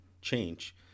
change